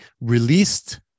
released